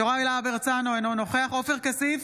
אינו נוכח עופר כסיף,